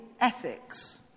ethics